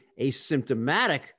asymptomatic